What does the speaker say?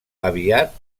aviat